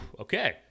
okay